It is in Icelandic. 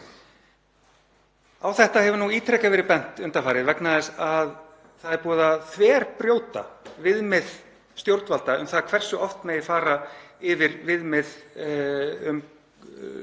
Á þetta hefur ítrekað verið bent undanfarið vegna þess að það er búið að þverbrjóta viðmið stjórnvalda um það hversu oft megi fara yfir viðmið um styrk